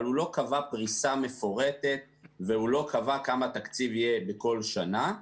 אבל הוא לא קבע פריסה מפורטת והוא לא קבע כמה תקציב יהיה בכל שנה.